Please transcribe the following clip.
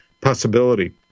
possibility